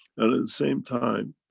and at the same time,